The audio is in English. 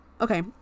okay